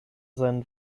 seinen